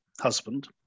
husband